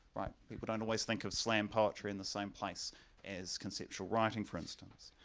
right people don't always think of slam poetry in the same place as conceptual writing for instance.